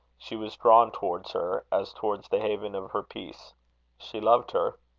she was drawn towards her, as towards the haven of her peace she loved her.